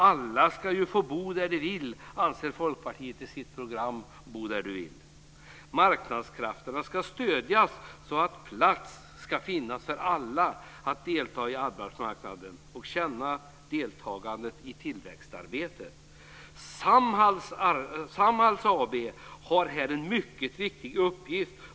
Alla ska få bo där de vill, anser Folkpartiet i sitt program Bo där Du vill. Marknadskrafterna ska stödjas så att det ska finna plats för alla att delta på arbetsmarknaden och känna delaktighet i tillväxtarbetet. Samhall AB har här en mycket viktig uppgift.